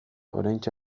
oraintxe